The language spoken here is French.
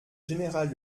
général